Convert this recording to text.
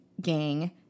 gang